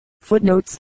Footnotes